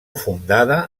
fundada